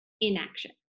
inaction